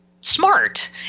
smart